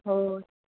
हो